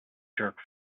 jerk